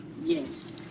Yes